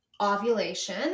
ovulation